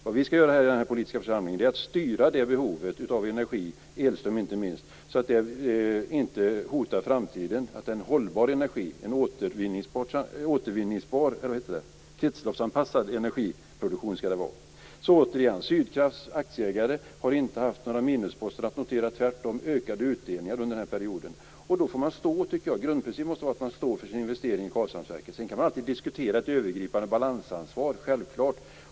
Vad vi skall göra i denna politiska församling är att styra detta behov av energi - inte minst elström - så att det inte hotar framtiden och att det är hållbar energi, att det är en kretsloppsanpassad energiproduktion. Jag vill återigen säga att Sydkrafts aktieägare inte har haft några minusposter att notera. Tvärtom har de fått ökade utdelningar under denna period. Och då tycker jag att grundprincipen måste vara att man står för sin investering i Karlshamnsverket. Sedan kan man självklart alltid diskutera ett övergripande balansansvar.